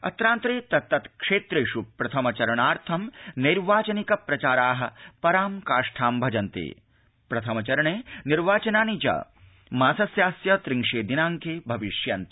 अत्रान्तर् तत्तत् क्षेप्रथम चरणार्थं नैर्वाचनिक प्रचारा परां काष्ठां भजन्त प्रथम चरण निर्वाचनानि च मासस्यास्य त्रिंश दिनाइक श्रिविष्यन्ति